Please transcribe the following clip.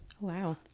Wow